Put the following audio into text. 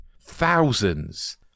thousands